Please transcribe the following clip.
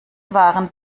waren